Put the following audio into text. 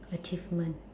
achievement